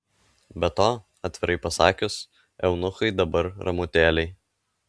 be to atvirai pasakius eunuchai dabar ramutėliai